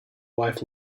wife